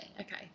okay